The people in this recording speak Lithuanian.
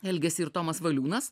elgėsi ir tomas valiūnas